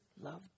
Love